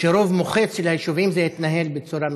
שברוב המוחץ של היישובים זה התנהל בצורה מצוינת,